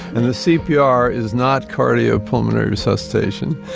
and the cpr is not cardiopulmonary resuscitation,